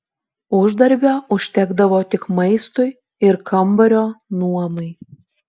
uždarbio užtekdavo tik maistui ir kambario nuomai